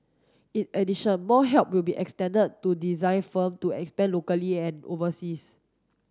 in addition more help will be extended to design firm to expand locally and overseas